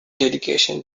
dedication